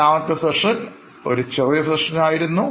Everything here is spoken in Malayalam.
രണ്ടാമത്തെ സെഷൻ ഒരു ചെറിയ സെഷൻ ആയിരുന്നു